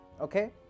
okay